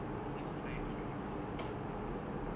you can just fly to your destination